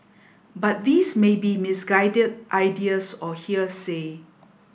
but these may be misguided ideas or hearsay